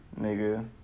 Nigga